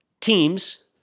teams